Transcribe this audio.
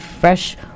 fresh